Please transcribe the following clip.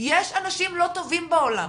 יש אנשים לא טובים בעולם,